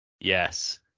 Yes